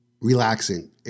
relaxing